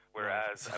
Whereas